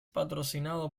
patrocinado